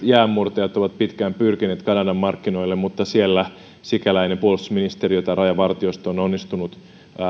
jäänmurtajat ovat pitkään pyrkineet kanadan markkinoille mutta siellä sikäläinen puolustusministeriö tai rajavartiosto on onnistunut